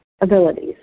abilities